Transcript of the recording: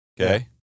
okay